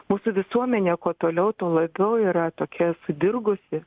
mūsų visuomenė kuo toliau tuo labiau yra tokia sudirgusi